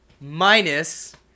Minus